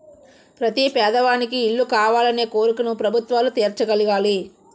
ప్రతి పేదవానికి ఇల్లు కావాలనే కోరికను ప్రభుత్వాలు తీర్చగలగాలి